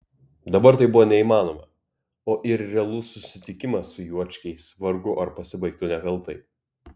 dabar tai buvo neįmanoma o ir realus susitikimas su juočkiais vargu ar pasibaigtų nekaltai